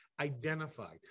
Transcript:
identified